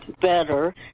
better